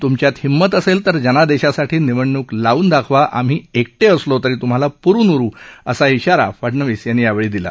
तूमच्यात हिम्मत असेल तर जनादेशासाठी निवडणूक लावून दाखवा आम्ही एकटे असलो तरी तुम्हाला प्रून उरु असा इशारा फडनवीस यांनी यावेळी दिला